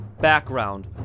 background